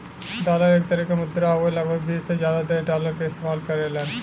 dollar एक तरे क मुद्रा हउवे लगभग बीस से जादा देश डॉलर क इस्तेमाल करेलन